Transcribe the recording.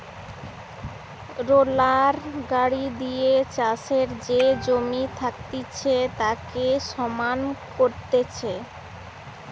roller গাড়ি দিয়ে চাষের যে জমি থাকতিছে তাকে সমান করতিছে